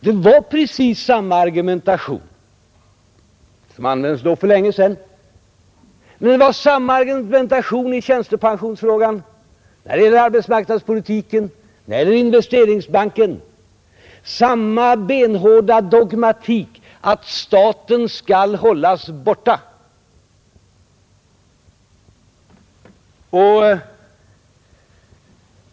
Det var precis samma argumentation som användes för länge sedan, och det var samma argumentation i tjänstepensionsfrågan, när det gällde arbetsmarknadspolitiken och när det gällde Investeringsbanken — samma benhårda dogmatik, att staten skall hållas borta.